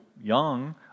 young